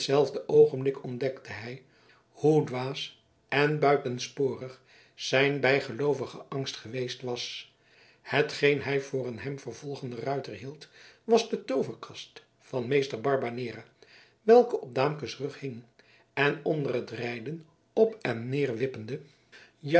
oogenblik ontdekte hij hoe dwaas en buitensporig zijn bijgeloovige angst geweest was hetgeen hij voor een hem vervolgenden ruiter hield was de tooverkast van meester barbanera welke op daamkes rug hing en onder t rijden op en neder wippende